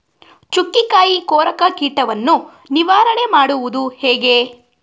ಚುಕ್ಕಿಕಾಯಿ ಕೊರಕ ಕೀಟವನ್ನು ನಿವಾರಣೆ ಮಾಡುವುದು ಹೇಗೆ?